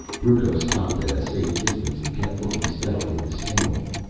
brucco stopped at a safe distance and kept looking steadily at the stingwing.